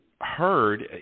heard